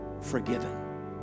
forgiven